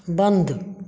बंद